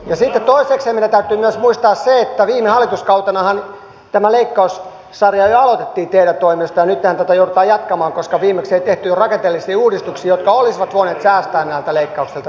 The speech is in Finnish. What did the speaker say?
sitten toisekseen meidän täytyy myös muistaa se että viime hallituskautenahan tämä leikkaussarja jo aloitettiin teidän toimestanne ja nythän tätä joudutaan jatkamaan koska viimeksi ei tehty rakenteellisia uudistuksia jotka olisivat voineet säästää koulutus ja sivistysmaailman näiltä leikkauksilta